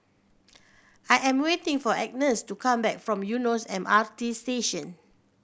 I am waiting for Agness to come back from Eunos M R T Station